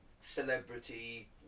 celebrity